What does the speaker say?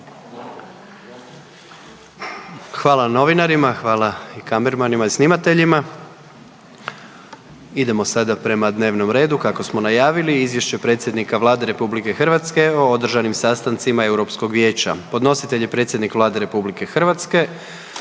Hvala novinarima, hvala kamermanima i snimateljima. Idemo sada prema dnevnom redu kako smo najavili: - Izvješće predsjednika Vlade RH o održanim sastancima Europskog vijeća. Podnositelj je predsjednik Vlade RH.